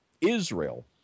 Israel